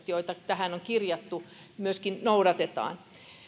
joita tähän on kirjattu myöskin noudatetaan